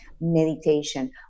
meditation